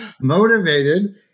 motivated